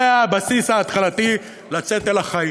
זה הבסיס ההתחלתי לצאת אל החיים,